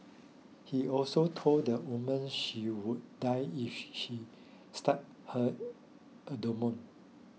he also told the woman she would die if she stabbed her abdomen